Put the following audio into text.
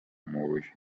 moorish